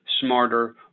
smarter